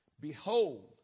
behold